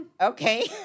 Okay